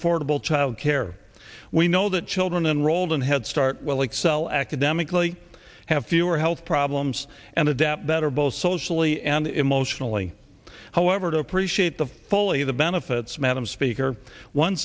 affordable child care we know that children enrolled in head start will excel academically have fewer health problems and adapt better both socially and emotionally however to appreciate the fully the benefits madam speaker one